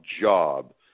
job